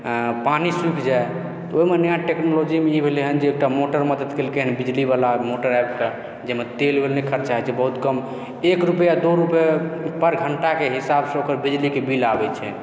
पानि सुखि जाइ ओहिमे नया टेक्नोलॉजी भेलय हन जे एकटा मोटर मदति केलकय हन बिजली वाला मोटर आबिके जाहिमे तेल वेल नहि खर्चा होइ छै बहुत कम एक रुपैआ दो रुपैआ पर घंटाके हिसाबसँ ओकर बिजलीके बिल आबैत छै